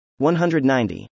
190